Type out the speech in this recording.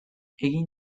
egin